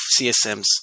CSMs